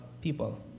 people